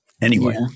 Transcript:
anyway-